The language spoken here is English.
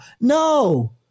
No